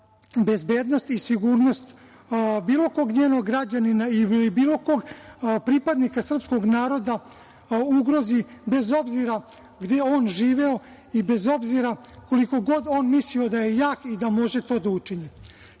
bezbednost i sigurnost bilo kog njenog građanina ili bilo kog pripadnika srpskog naroda ugrozi, bez obzira gde on živeo i bez obzira koliko god on mislio da je jak i da može to da učini. Cenjeni